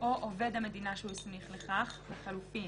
עובד המדינה שהוא הסמיך לכך לחלופין: